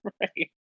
Right